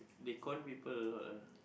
they con people a lot lah